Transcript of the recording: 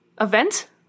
event